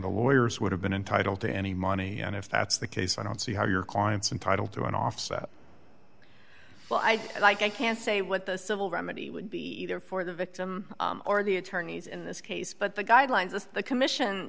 the lawyers would have been entitled to any money and if that's the case i don't see how your clients entitle to an offset well i like i can't say what the civil remedy would be either for the victim or the attorneys in this case but the guidelines of the commission